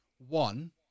One